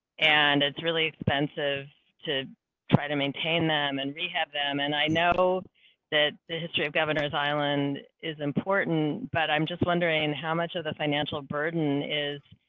and it's really expensive to try to maintain them and we have them. and i know that the history of governor's island is important. but i'm just wondering how much of the financial burden is.